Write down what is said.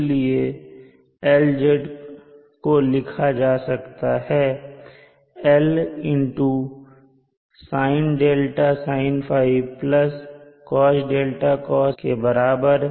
इसलिए Lz को लिखा जा सकता है L sinδ sinϕ cosδ cosϕ cosω के बराबर